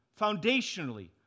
foundationally